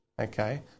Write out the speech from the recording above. okay